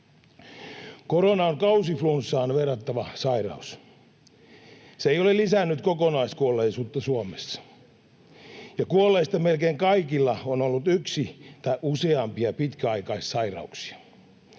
Korona on kausiflunssaan verrattava sairaus. Se ei ole lisännyt kokonaiskuolleisuutta Suomessa, ja kuolleista melkein kaikilla on ollut yksi tai useampia pitkäaikaissairauksia.